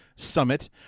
summit